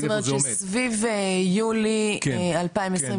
אל תדאגי אני אתייחס לכל מה שכתבת.